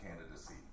candidacy